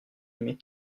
aimé